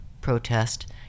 protest